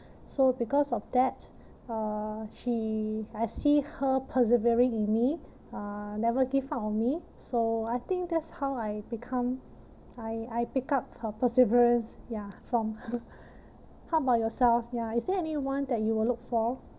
so because of that uh she I see her persevering in me uh never give up on me so I think that's how I become I I pick up her perseverance ya from how about yourself yeah is there anyone that you will look for